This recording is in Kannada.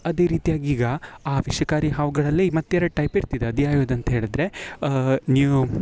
ಅದೇ ರೀತಿಯಾಗಿ ಈಗ ಆ ವಿಷಕಾರಿ ಹಾವುಗಳಲ್ಲಿ ಈಗ ಮತ್ತು ಎರಡು ಟೈಪ್ ಇರ್ತಿದೆ ಅದು ಯಾವ್ದು ಅಂಥೇಳಿದ್ರೆ ನೀವು